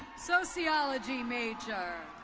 sociaology major.